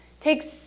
Takes